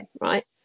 right